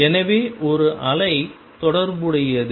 எனவே ஒரு அலை தொடர்புடையது